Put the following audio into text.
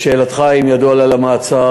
לשאלתך, האם ידוע לי על המעצר?